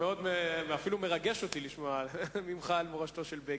ואפילו מרגש אותי לשמוע ממך על מורשתו של בגין.